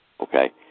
okay